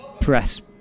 press